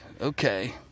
Okay